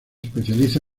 especializa